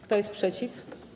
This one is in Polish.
Kto jest przeciw?